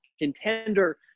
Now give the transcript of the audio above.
contender